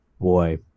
boy